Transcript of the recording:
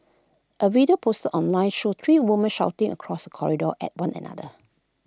A video posted online showed three women shouting across corridor at one another